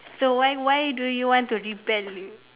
so why why do you want to rebel